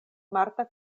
marta